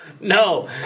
no